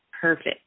perfect